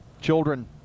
children